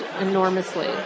enormously